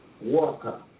Walker